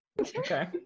Okay